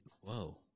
Whoa